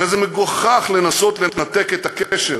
הרי זה מגוחך לנסות לנתק את הקשר